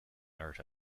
earth